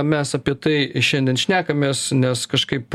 mes apie tai šiandien šnekamės nes kažkaip